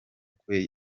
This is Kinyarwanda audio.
kwe